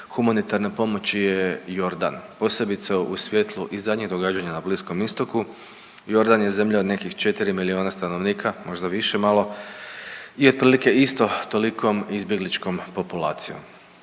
humanitarne pomoći je Jordan posebice u svjetlu i zadnjeg događanja na Bliskom istoku. Jordan je zemlja od nekih 4 milijuna stanovnika, možda više malo i otprilike isto tolikom izbjegličkom populacijom.